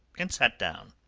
and sat down.